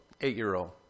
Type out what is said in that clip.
eight-year-old